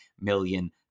million